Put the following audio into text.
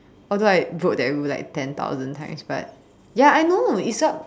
although I vote that we would like ten thousand times but ya I know it's not